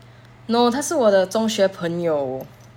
no 她是我的中学朋友